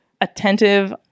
attentive